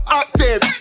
active